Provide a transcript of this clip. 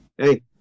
hey